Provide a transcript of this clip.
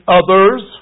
others